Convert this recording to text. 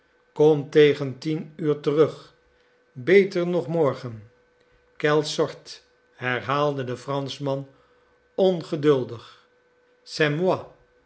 kom tegen tien uur terug beter nog morgen qu'elle sorte herhaalde de franschman ongeduldig